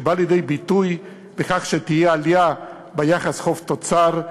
שבא לידי ביטוי בכך שתהיה עלייה ביחס חוב תוצר,